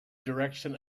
direction